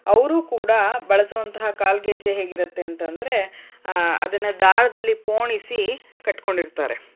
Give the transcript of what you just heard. ಅವರೂ ಕೂಡ ಬಳಸುವಂತಹ ಕಾಲ್ಗೆಜ್ಜೆ ಹೇಗಿರತ್ತೆ ಅಂತಂದರೆ ಅದನ್ನು ದಾರದಲ್ಲಿ ಪೋಣಿಸಿ ಕಟ್ಟಿಕೊಂಡಿರ್ತಾರೆ